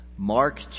Mark